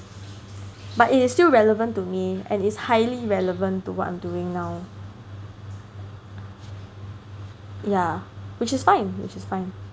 but it is still relevant to me and is highly relevant to what I'm doing now ya which is fine which is fine